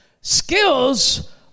skills